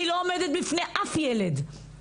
אני לא עומדת בפני אף ילד,